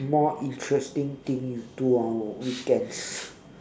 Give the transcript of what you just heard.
more interesting thing you do on weekends